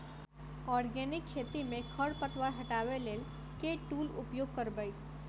Organic खेती मे खरपतवार हटाबै लेल केँ टूल उपयोग करबै?